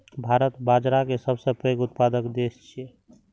भारत बाजारा के सबसं पैघ उत्पादक देश छियै